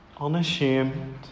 Unashamed